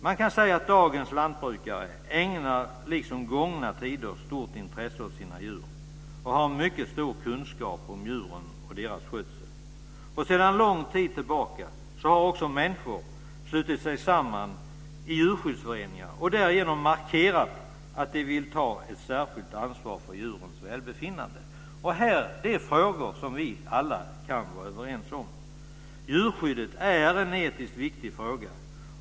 Man kan säga att dagens lantbrukare, liksom gångna tiders, ägnar stort intresse åt sina djur. De har mycket stor kunskap om djuren och deras skötsel. Sedan lång tid tillbaka har också människor slutit sig samman i djurskyddsföreningar och därigenom markerat att de vill ta ett särskilt ansvar för djurens välbefinnande. Det är frågor vi alla kan vara överens om. Djurskyddet är en etiskt viktig fråga.